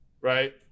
right